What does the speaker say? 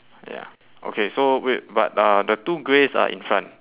ya okay so wait but uh the two greys are infront